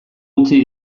utzi